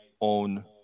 own